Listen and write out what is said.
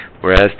whereas